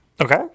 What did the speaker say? Okay